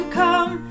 come